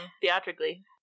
theatrically